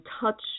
touch